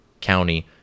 county